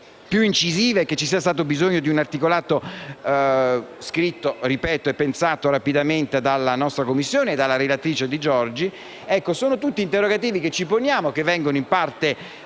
più incisiva e perché ci sia stato bisogno di un articolato scritto e pensato rapidamente dalla nostra Commissione e dalla relatrice Di Giorgi. Sono tutti interrogativi che ci poniamo e che vengono in parte